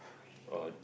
or